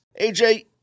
AJ